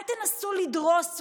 אל תנסו לדרוס ולרמוס.